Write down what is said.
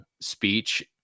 speech